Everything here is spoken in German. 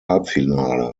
halbfinale